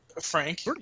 Frank